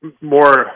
more